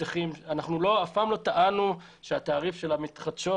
אף פעם לא טענו שהתעריף של המתחדשות,